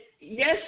yes